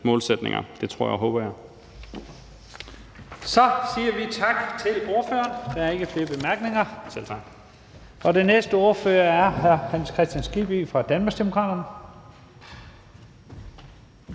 næstformand (Leif Lahn Jensen): Så siger vi tak til ordføreren. Der er ikke flere korte bemærkninger. Og den næste ordfører er hr. Hans Kristian Skibby fra Danmarksdemokraterne.